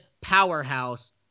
powerhouse